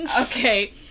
Okay